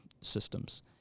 systems